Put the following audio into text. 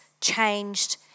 changed